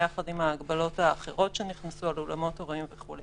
יחד עם ההגבלות האחרות שנכנסו על אולמות אירועים וכו'.